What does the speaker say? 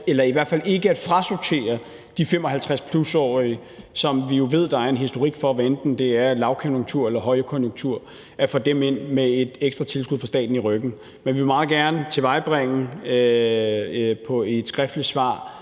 til i hvert fald ikke at frasortere de 55+-årige, hvilket vi jo ved der er en historik for, hvad enten det er lavkonjunktur eller højkonjunktur, men at få dem ind med et ekstra tilskud fra staten i ryggen. Men vi vil meget gerne tilvejebringe et skriftligt svar